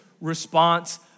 response